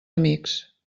amics